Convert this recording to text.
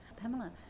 Pamela